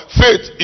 faith